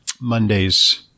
Monday's